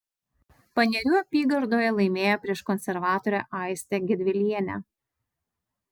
panerių apygardoje laimėjo prieš konservatorę aistę gedvilienę